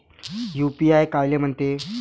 UPI कायले म्हनते?